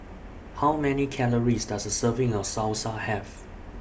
How Many Calories Does A Serving of Salsa Have